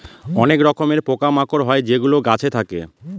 অনেক রকমের পোকা মাকড় হয় যেগুলো গাছে থাকে